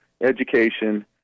education